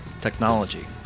technology